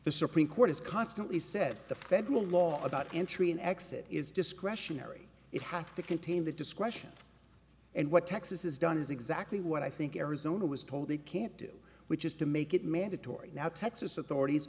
the supreme court is constantly said the federal law about entry an exit is discretionary it has to contain the discretion and what texas has done is exactly what i think arizona was told they can do which is to make it mandatory now texas authorities